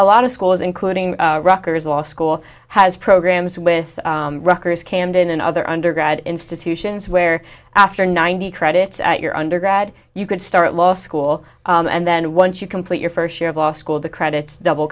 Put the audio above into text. a lot of schools including rocker's law school has programs with records camden and other undergrad institutions where after ninety credits at your undergrad you could start law school and then once you complete your first year of law school the credits double